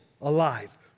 alive